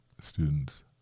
Students